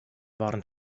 waren